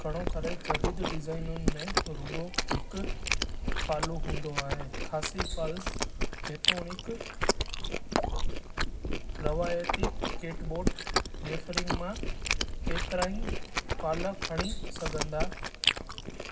घणो करे जदीद डिज़ाइनुनि में रूगो हिकु पालु हूंदो आहे ख़ासि पाल जेतोणीकि रवाइती कैटबोट गैफरिंग मां केतिरा ई पाल खणी सघंदा